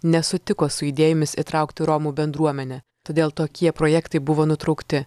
nesutiko su idėjomis įtraukti romų bendruomenę todėl tokie projektai buvo nutraukti